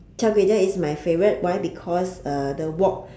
char kway teow is my favourite why because uh the wok